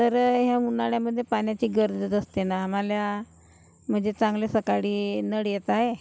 तर ह्या उन्हाळ्यामध्ये पाण्याची गरजच असते ना आम्हाला म्हणजे चांगलं सकाळी नळ येत आहे